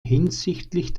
hinsichtlich